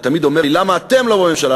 אתה תמיד אומר לי: למה אתם לא בממשלה?